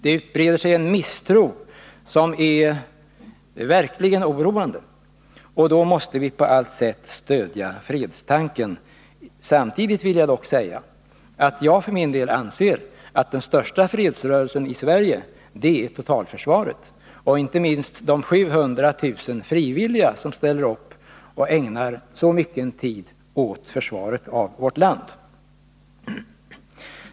Det breder ut sig en misstro som verkligen är oroande. Då måste vi på allt sätt stödja fredstanken. Samtidigt vill jag dock säga att jag för min del anser att den största fredsrörelsen i Sverige är totalförsvaret, inte minst de 700 000 frivilliga som ställer upp och ägnar så mycken tid åt försvaret av vårt land.